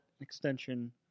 extension